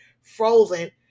frozen